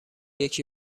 یکی